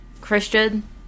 Christian